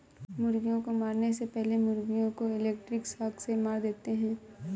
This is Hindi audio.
मुर्गियों को मारने से पहले मुर्गियों को इलेक्ट्रिक शॉक से मार देते हैं